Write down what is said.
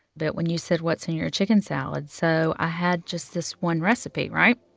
but when you said, what's in your chicken salad so i had just this one recipe, right?